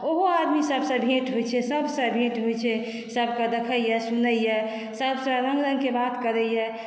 ओहो आदमी सभसँ भेट होइ छै सभसँ भेट होइ छै सभके देखैया सुनैया सभसँ रंग रंगके बात करैया